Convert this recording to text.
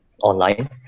online